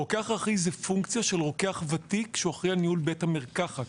הרוקח האחראי זו פונקציה של רוקח ותיק שאחראי על ניהול בית המרקחת.